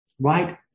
right